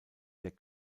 der